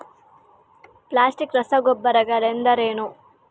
Plastic ರಸಗೊಬ್ಬರಗಳೆಂದರೇನು?